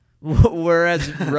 Whereas